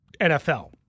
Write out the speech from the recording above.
NFL